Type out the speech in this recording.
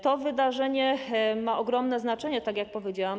To wydarzenie ma ogromne znaczenie, tak jak powiedziałam.